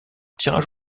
tirage